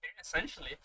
Essentially